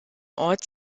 ort